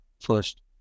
first